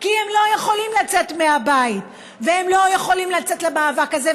כי הם לא יכולים לצאת מהבית והם לא יכולים לצאת למאבק הזה.